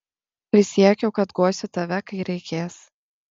prisiekiau kad guosiu tave kai reikės